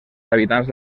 habitants